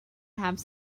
have